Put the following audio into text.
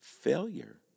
Failure